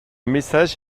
message